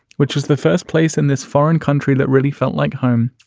which is the first place in this foreign country that really felt like home.